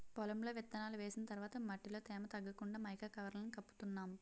పొలంలో విత్తనాలు వేసిన తర్వాత మట్టిలో తేమ తగ్గకుండా మైకా కవర్లను కప్పుతున్నాం